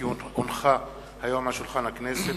כי הונחה היום על שולחן הכנסת,